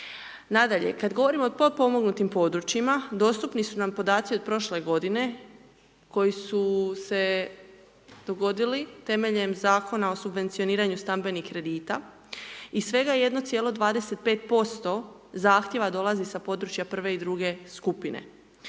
Nadalje, kad govorimo o potpomognutim područjima dostupni su nam podaci od prošle godine koji su se dogodili temeljem Zakona o subvencioniranju stambenih kredita i svega 1,25% zahtjeva dolazi sa područja prve i druge skupine